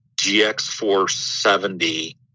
GX470